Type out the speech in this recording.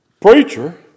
preacher